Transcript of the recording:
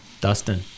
dustin